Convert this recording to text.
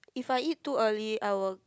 if I eat too early I will